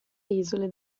isole